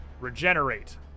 regenerate